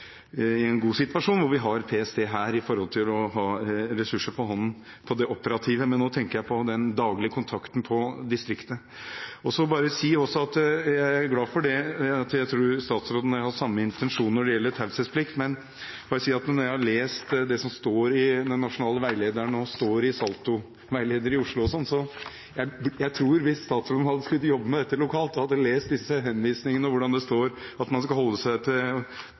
i en god situasjon der vi har PST når det gjelder å ha ressurser for hånden på det operative området. Men nå tenker jeg på den daglige kontakten i distriktet. Jeg er glad for at statsråden og jeg, tror jeg, har samme intensjon når det gjelder taushetsplikt. Jeg har lest det som står i den nasjonale veilederen, og det som står i SaLTo-veilederen i Oslo. Jeg tror at hvis statsråden skulle jobbet med dette lokalt og hadde lest disse henvisningene om hvordan man skal holde seg til